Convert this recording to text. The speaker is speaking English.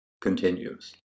continues